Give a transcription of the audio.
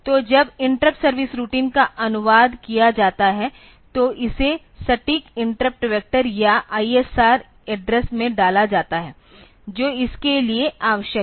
तो जब interrupt service routine का अनुवाद किया जाता हैतो इसे सटीक इंटरप्ट वेक्टर या ISR एड्रेस में डाला जाता है जो इसके लिए आवश्यक है